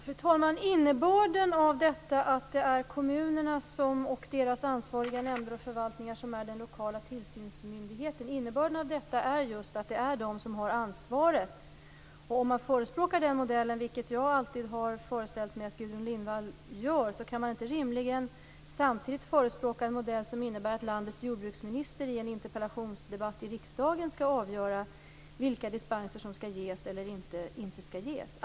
Fru talman! Innebörden av detta att det är kommunerna och deras ansvariga nämnder och förvaltningar som är den lokala tillsynsmyndigheten är just att det är de som har ansvaret. Om man förespråkar den modellen, vilket jag alltid har föreställt mig att Gudrun Lindvall gör, så kan man inte rimligen samtidigt förespråka en modell som innebär att landets jordbruksminister i en interpellationsdebatt i riksdagen skall avgöra vilka dispenser som skall ges eller inte ges.